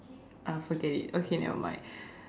uh forget it okay nevermind